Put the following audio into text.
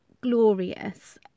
glorious